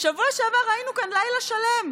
בשבוע שעבר היינו כאן לילה שלם,